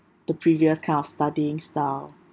the previous kind of studying style